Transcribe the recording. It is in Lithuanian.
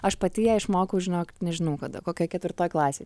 aš pati ją išmokau žinok nežinau kada kokioj ketvirtoj klasėj